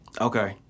Okay